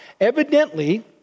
Evidently